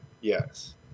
Yes